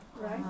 right